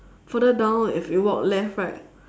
further down if you walk left right